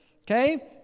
Okay